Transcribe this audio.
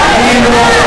ייאוש.